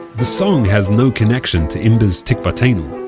the song has no connection to imber's tikvateinu.